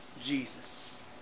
Jesus